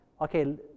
okay